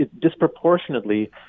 disproportionately